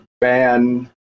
ban